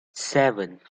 seven